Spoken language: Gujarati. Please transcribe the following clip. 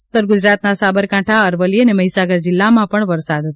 ઉત્તરગુજરાતના સાબરકાંઠા અરવલ્લી અને મહિસાગર જિલ્લામાં પણ વરસાદ થશે